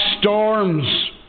storms